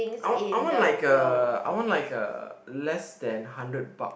I want I want like a I want like a less than hundred buck